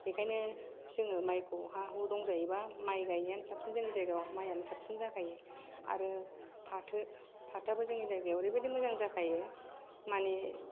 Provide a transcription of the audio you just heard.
बेखायनो जोङो मायखौ हा हु दंजायोबा माय गायनायानो साबसिन जोंनि जायगायाव मायानो साबसिन जाखायो आरो फाथो फाथोआबो जोंनि जायगायाव ओरैबायदि मोजां जाखायो मानि